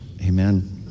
amen